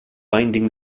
binding